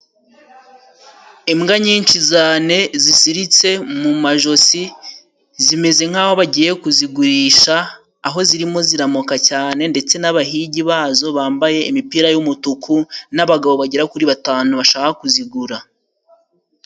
Imbwa nyinshi zane zisiritse mu majosi, zimeze nkaho bagiye kuzigurisha aho zirimo ziramoka cyane ndetse n'abahigi bazo bambaye imipira y'umutuku n'abagabo bagera kuri batanu bashaka kuzigura.